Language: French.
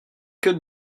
que